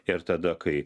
ir tada kai